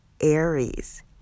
Aries